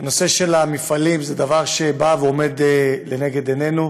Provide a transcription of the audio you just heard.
הנושא של המפעלים זה נושא שעומד לנגד עינינו,